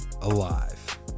alive